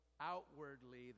outwardly